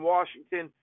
Washington